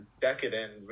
decadent